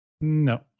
no